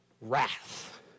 wrath